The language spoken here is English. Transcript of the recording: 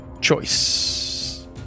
choice